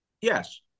yes